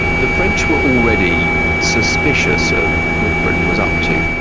the french were already suspicious of what britain was up to.